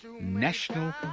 national